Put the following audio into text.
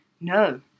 No